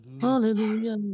Hallelujah